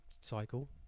cycle